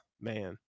Man